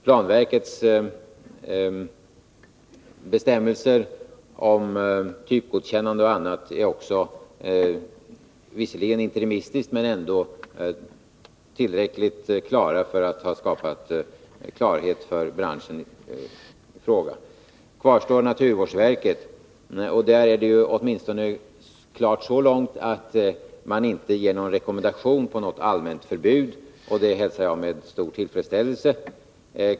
Planverkets bestämmelser om typgodkännande och annat är visserligen interimistiska, men torde ändå vara tillräckligt entydiga för att skapa klarhet för branschen i fråga. Kvarstår naturvårdsverket, och det ger åtminstone inte någon rekommendation om ett allmänt förbud. Det hälsar jag med stor tillfredsställelse.